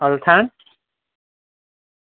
Althan